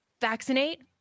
vaccinate